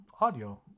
audio